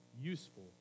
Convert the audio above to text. useful